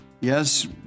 Yes